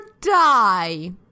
die